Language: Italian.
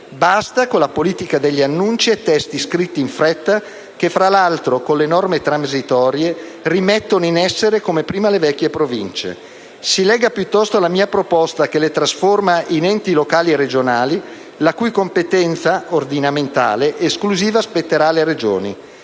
Basta con la politica degli annunci e testi scritti in fretta, che fra l'altro, con le norme transitorie, rimettono in essere come prima le vecchie Province! Si legga piuttosto la mia proposta, che le trasforma in enti locali regionali, la cui competenza ordinamentale esclusiva spetterà alle Regioni.